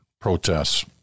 protests